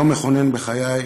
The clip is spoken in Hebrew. יום מכונן בחיי,